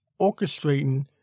orchestrating